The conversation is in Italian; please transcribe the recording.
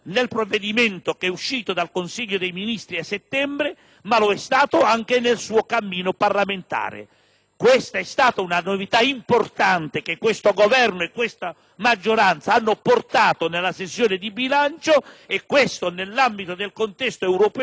Questa è stata una novità importante che questo Governo e questa maggioranza hanno portato nella sessione di bilancio e ciò, nell'ambito del contesto europeo e internazionale, ha reso l'Italia più credibile. È un dato assolutamente ineccepibile.